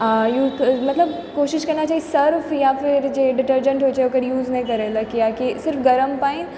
आओर यूज मतलब कोशिश करना चाही सर्फ या फिर जे डिटेरजेन्ट होइ छै ओकर यूज नहि करै लऽ कियाकि सिर्फ गरम पानि आओर